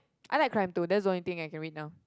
I like crime too that's the only thing I can read right now